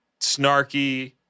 Snarky